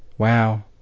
wow